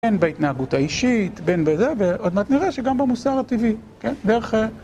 בין בהתנהגות האישית, בין בזה, ועוד מעט נראה שגם במוסר הטבעי, כן, דרך ה...